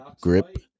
Grip